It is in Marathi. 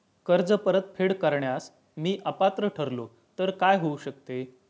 कर्ज परतफेड करण्यास मी अपात्र ठरलो तर काय होऊ शकते?